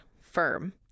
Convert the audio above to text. firm